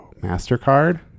Mastercard